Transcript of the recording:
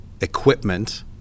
equipment